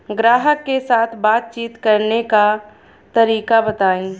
ग्राहक के साथ बातचीत करने का तरीका बताई?